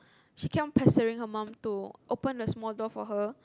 she keep on pestering her mum to open the small door for her